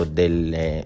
delle